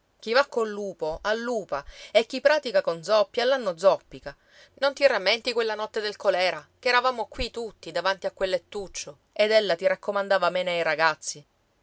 chi va col lupo allupa e chi pratica con zoppi all'anno zoppica non ti rammenti quella notte del colèra che eravamo qui tutti davanti a quel lettuccio ed ella ti raccomandava mena e i ragazzi